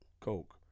Coke